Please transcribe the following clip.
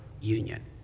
union